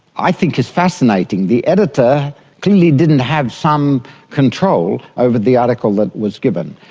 i think is fascinating. the editor clearly didn't have some control over the article that was given.